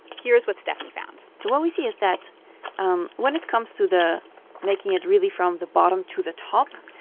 here's what stefanie found so what we see is that um when it comes to the making it really from the bottom to the top,